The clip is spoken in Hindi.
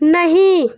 नहीं